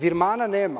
Virmana nema.